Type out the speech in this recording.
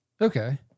okay